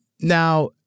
now